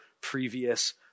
previous